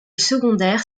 secondaire